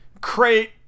crate